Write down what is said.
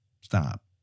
stop